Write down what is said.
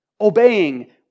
obeying